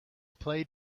played